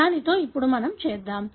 దానితో ఇప్పుడు మనం చేద్దాం